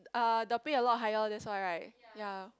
uh the pay a lot higher that's why right ya